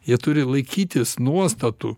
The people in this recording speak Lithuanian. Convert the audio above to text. jie turi laikytis nuostatų